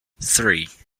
three